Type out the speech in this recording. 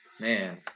Man